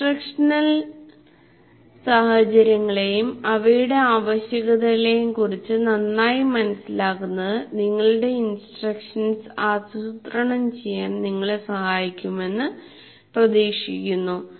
instructional സാഹചര്യങ്ങളെയും അവയുടെ ആവശ്യകതകളെയും കുറിച്ച് നന്നായി മനസ്സിലാക്കുന്നത് നിങ്ങളുടെ ഇൻസ്ട്രക്ഷൻസ് ആസൂത്രണം ചെയ്യാൻ നിങ്ങളെ സഹായിക്കുമെന്ന് പ്രതീക്ഷിക്കുന്നു